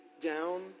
Down